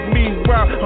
Meanwhile